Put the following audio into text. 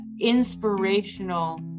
inspirational